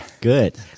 Good